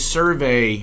survey